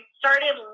started